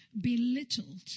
belittled